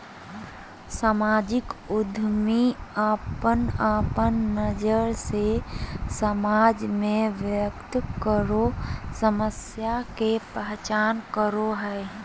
सामाजिक उद्यमी अपन अपन नज़र से समाज में व्याप्त कोय समस्या के पहचान करो हइ